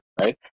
right